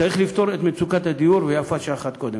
צריך לפתור את מצוקת הדיור, ויפה שעה אחת קודם.